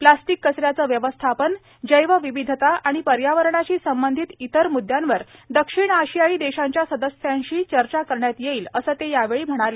plastic कचऱ्याचं व्यवस्थापन जैवविविधता आणि पर्यावरणाशी संबंधित इतर मृद्यांवर दक्षिण आशियाई देशांच्या सदस्यांशी चर्चा करण्यात येईल असं ते यावेळी म्हणाले